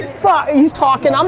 he was talking, um